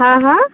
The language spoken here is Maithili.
हँ हँ